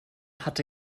hatte